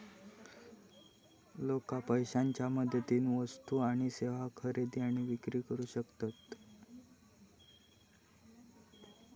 लोका पैशाच्या मदतीन वस्तू आणि सेवा खरेदी आणि विक्री करू शकतत